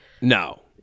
no